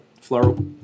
floral